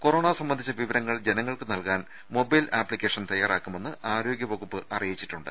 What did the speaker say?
corona സംബന്ധിച്ച വിവരങ്ങൾ ജനങ്ങൾക്ക് നൽകാൻ മൊബൈൽ ആപ്തിക്കേഷൻ തയാറാക്കുമെന്ന് ആരോഗൃവകുപ്പ് അറിയിച്ചിട്ടുണ്ട്